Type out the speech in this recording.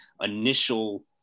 initial